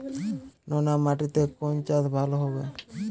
নোনা মাটিতে কোন চাষ ভালো হবে?